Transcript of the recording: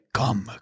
come